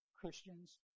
Christians